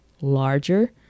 larger